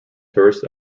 tourists